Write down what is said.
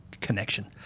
connection